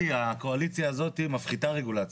גדי, הקואליציה הזאת מפחיתה רגולציה.